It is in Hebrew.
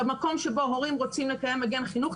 במקום שבו הורים רוצים לקיים מגן חינוך,